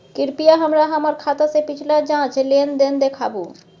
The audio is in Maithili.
कृपया हमरा हमर खाता से पिछला पांच लेन देन देखाबु